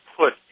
put